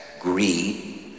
greed